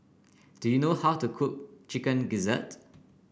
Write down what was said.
do you know how to cook Chicken Gizzard